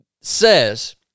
says